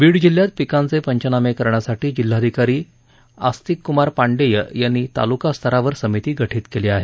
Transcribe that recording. बीड जिल्ह्यात पिकांचे पंचनामे करण्यासाठी जिल्हाधिकारी आस्ती कुमार पांडेय यांनी तालुका स्तरावर समिती गठित केली आहे